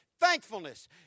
Thankfulness